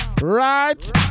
Right